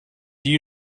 you